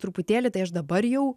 truputėlį tai aš dabar jau